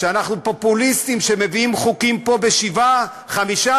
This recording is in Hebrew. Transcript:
שאנחנו פופוליסטים שמביאים פה חוקים שעלותם 5,